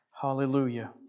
Hallelujah